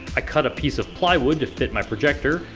i cut a piece of plywood to fit my projector,